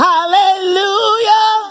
Hallelujah